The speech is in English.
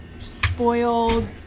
spoiled